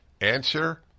Answer